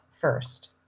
first